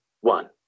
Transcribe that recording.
one